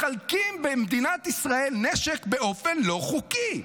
מחלקים במדינת ישראל נשק באופן לא חוקי,